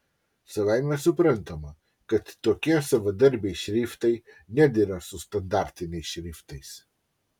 savaime suprantama kad tokie savadarbiai šriftai nedera su standartiniais šriftais